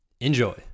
enjoy